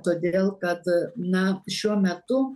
todėl kad na šiuo metu